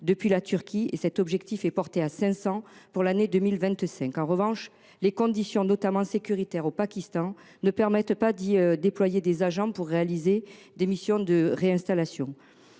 depuis la Turquie, et cet objectif est porté à 500 pour l’année 2025. En revanche, les conditions, notamment sécuritaires, au Pakistan ne permettent pas d’y déployer des agents pour réaliser des missions de réinstallation.